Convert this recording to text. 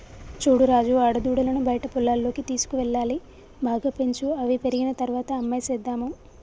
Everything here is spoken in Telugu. చూడు రాజు ఆడదూడలను బయట పొలాల్లోకి తీసుకువెళ్లాలి బాగా పెంచు అవి పెరిగిన తర్వాత అమ్మేసేద్దాము